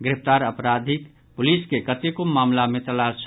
गिरफ्तार अपराधीक पुलिस के कतेको मामिला मे तलाश छल